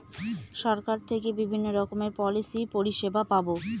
সরকার থেকে বিভিন্ন রকমের পলিসি পরিষেবা পাবো